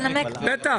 מקרה,